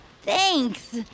thanks